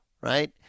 right